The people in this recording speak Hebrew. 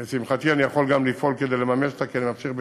ולשמחתי אני יכול גם לפעול כדי לממש אותה כי אני ממשיך בתפקידי,